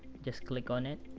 just click on it.